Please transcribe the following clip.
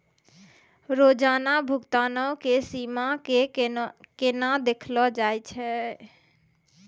रोजाना भुगतानो के सीमा के केना देखलो जाय सकै छै?